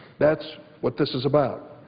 that's what this is about.